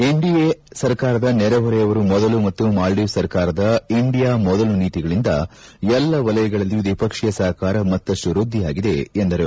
NDA ಸರ್ಕಾರದ ನೆರೆ ಹೊರೆಯವರು ಮೊದಲು ಮತ್ತು ಮಾಲ್ದೀವ್ಸ್ ಸರ್ಕಾರದ ಇಂಡಿಯಾ ಮೊದಲು ನೀತಿಗಳಿಂದ ಎಲ್ಲ ವಲಯಗಳಲ್ಲಿ ದ್ವಿಪಕ್ಷೀಯ ಸಹಕಾರ ಮತ್ತಷ್ಟು ವೃದ್ಧಿಯಾಗಿದೆ ಎಂದರು